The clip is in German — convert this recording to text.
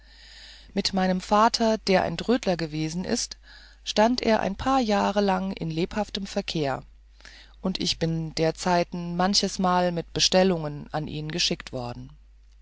mit meinem vater der ein trödler gewesen ist stand er ein paar jahre lang in lebhaftem verkehr und ich bin derzeit manches mal mit bestellungen an ihn geschickt worden